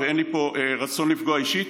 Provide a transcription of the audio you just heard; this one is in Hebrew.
אין לי פה רצון לפגוע אישית,